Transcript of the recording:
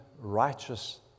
righteous